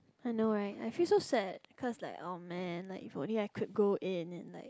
I know right I feel so sad cause like oh man like if only I could go in and like